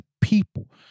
people